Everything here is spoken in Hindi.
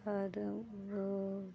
और वो